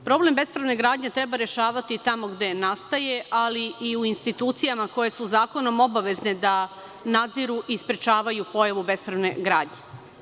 Problem bespravne gradnje treba rešavati tamo gde nastaje, ali i u institucijama koje su zakonom obavezne da nadziru i sprečavaju pojavu bespravne gradnje.